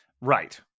right